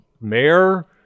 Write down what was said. mayor